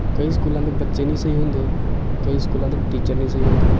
ਕਈ ਸਕੂਲਾਂ ਦੇ ਬੱਚੇ ਨਹੀਂ ਸਹੀ ਹੁੰਦੇ ਕਈ ਸਕੂਲਾਂ ਦੇ ਟੀਚਰ ਨਹੀਂ ਸਹੀ ਹੁੰਦੇ